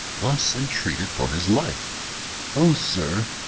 thus entreated for his life o sir,